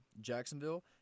Jacksonville